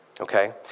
Okay